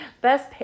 Best